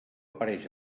apareix